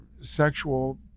sexual